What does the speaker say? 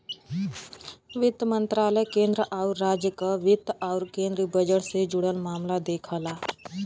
वित्त मंत्रालय केंद्र आउर राज्य क वित्त आउर केंद्रीय बजट से जुड़ल मामला देखला